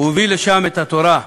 הוא הביא לשם את התורה,